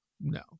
No